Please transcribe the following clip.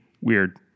weird